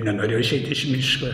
nenorėjau išeit iš miško